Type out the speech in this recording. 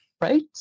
right